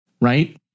right